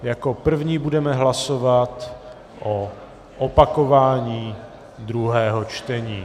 Jako první budeme hlasovat o opakování druhého čtení....